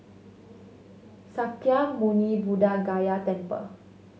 Sakya Muni Buddha Gaya Temple